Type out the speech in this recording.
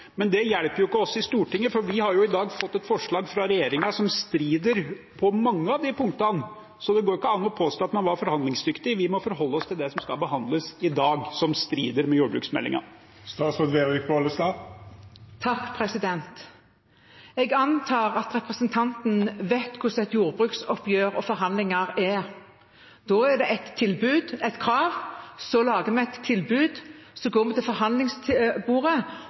Men det hjelper jo ikke oss i Stortinget, for vi har i dag fått et forslag fra regjeringen som strider mot mange av de punktene. Så det går ikke an å påstå at man var forhandlingsdyktig. Vi må forholde oss til det som skal behandles i dag, som strider mot jordbruksmeldingen. Jeg antar at representanten vet hvordan et jordbruksoppgjør og forhandlinger om det er. Da er det et krav, vi lager et tilbud, og så går vi til forhandlingsbordet.